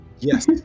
Yes